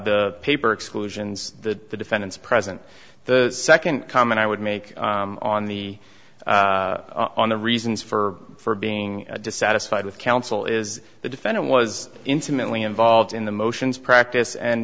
the paper exclusions the defendant's present the second comment i would make on the on the reasons for being dissatisfied with counsel is the defendant was intimately involved in the motions practice and